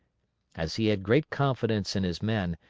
as he had great confidence in his men,